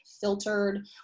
filtered